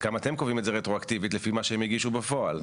קובעים את זה רטרואקטיבית לפי מה שהם הגישו בפועל?